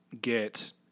get